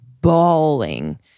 bawling